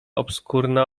obskurna